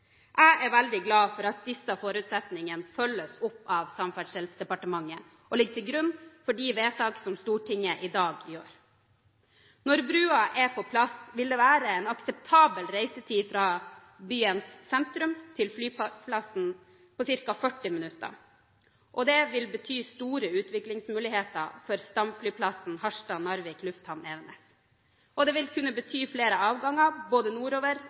Jeg er veldig glad for at disse forutsetningene følges opp av Samferdselsdepartementet og ligger til grunn for de vedtak som Stortinget i dag gjør. Når brua er på plass, vil det være en akseptabel reisetid fra byens sentrum til flyplassen på ca. 40 minutter. Det vil bety store utviklingsmuligheter for stamflyplassen Harstad/Narvik lufthavn, Evenes. Det vil kunne bety flere avganger både nordover